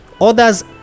Others